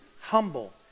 humble